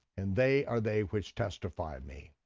and they are they which testify me.